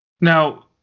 Now